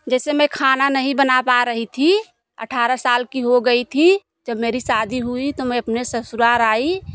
जैसे मैं खाना नहीं बना पा रही थी अठारह साल की हो गई थी जब मेरी शादी हुई तो मैं अपने ससुराल आई